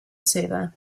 server